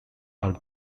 are